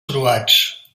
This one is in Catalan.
croats